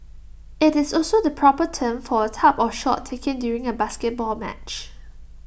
IT is also the proper term for A type of shot taken during A basketball match